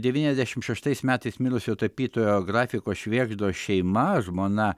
devyniasdešim šeštais metais mirusio tapytojo grafiko švėgždos šeima žmona